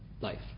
life